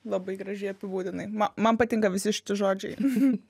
labai gražiai apibūdinai ma man patinka visi šiti žodžiai